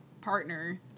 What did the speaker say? partner